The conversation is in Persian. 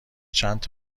چند